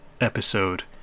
episode